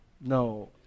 No